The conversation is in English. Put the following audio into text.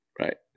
Right